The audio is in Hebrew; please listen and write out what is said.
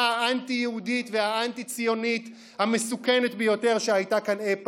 האנטי-יהודית והאנטי-ציונית המסוכנת ביותר שהייתה כאן אי פעם.